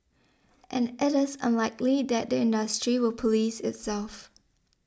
and it is unlikely that the industry will police itself